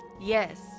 Yes